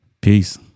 peace